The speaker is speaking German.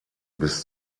bis